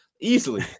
Easily